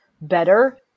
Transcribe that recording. better